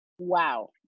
wow